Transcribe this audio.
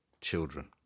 children